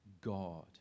God